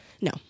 No